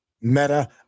Meta